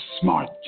smart